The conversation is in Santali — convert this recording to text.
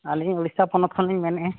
ᱟᱹᱞᱤᱧ ᱚᱲᱤᱥᱥᱟ ᱯᱚᱱᱚᱛ ᱠᱷᱚᱱ ᱞᱤᱧ ᱢᱮᱱᱮᱫᱼᱟ